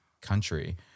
country